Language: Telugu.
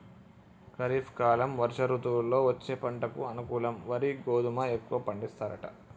ఖరీఫ్ కాలం వర్ష ఋతువుల్లో వచ్చే పంటకు అనుకూలం వరి గోధుమ ఎక్కువ పండిస్తారట